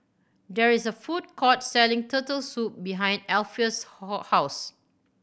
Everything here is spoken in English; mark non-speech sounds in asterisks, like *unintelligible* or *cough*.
there is a food court selling Turtle Soup behind Alpheus' *unintelligible* house